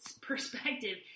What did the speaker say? perspective